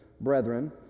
brethren